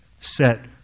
set